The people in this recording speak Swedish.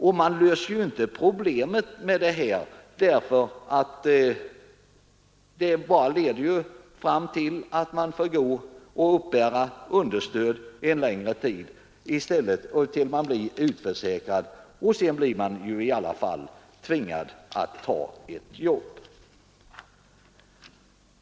Och problemet är ju inte löst med ett sådant förslag, för det leder bara fram till att man får uppbära understöd en längre tid tills man blir utförsäkrad. Sedan blir man i alla fall tvingad att ta ett jobb.